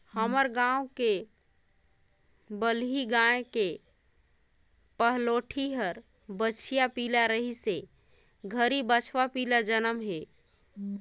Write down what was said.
हमर घर के बलही गाय के पहलोठि हर बछिया पिला रहिस ए घरी बछवा पिला जनम हे